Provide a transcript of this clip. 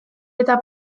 eta